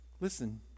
Listen